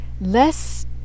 less